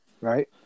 Right